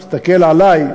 הוא הסתכל עלי,